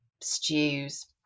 stews